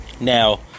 Now